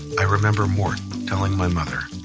i remember mort telling my mother,